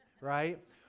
right